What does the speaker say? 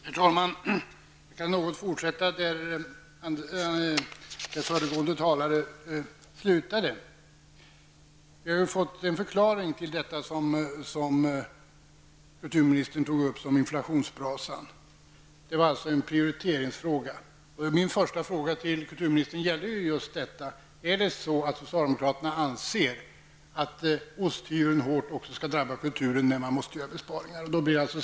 Herr talman! Jag kan fortsätta där föregående talare slutade. Jag har nu fått en förklaring till det kulturministern beskrev som inflationsbrasa. Det var alltså en prioriteringsfråga. Min första fråga till kulturministern gällde just detta: Anser socialdemokraterna att osthyveln skall skära hårt och drabba kulturen när man måste göra besparingar?